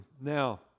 Now